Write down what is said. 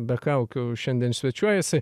be kaukių šiandien svečiuojasi